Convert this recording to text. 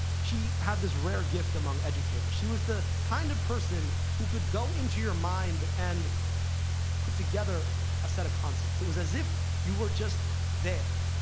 she had this rare gift among educators. she was the kind of person who could go into your mind and put together a set of concepts. it was as if you were just there.